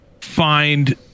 find